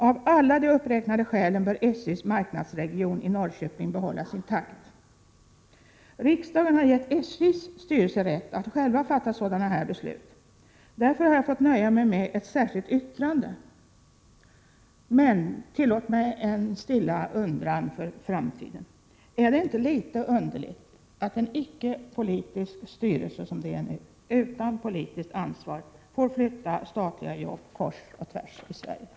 Av alla de uppräknade skälen bör SJ:s marknadsregion i Norrköping behållas intakt. Riksdagen har gett SJ:s styrelse rätt att själv fatta sådana här beslut. Därför har jag fått nöja mig med att avge ett särskilt yttrande. Men tillåt mig framföra en stilla undran när det gäller framtiden: Är det inte litet underligt att en icke politisk styrelse — som fallet är nu — utan politiskt ansvar får flytta statliga jobb kors och tvärs i Sverige?